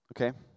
okay